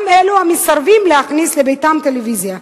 גם אלו המסרבים להכניס לביתם טלוויזיה,